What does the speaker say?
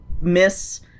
miss